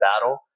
Battle